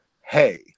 hey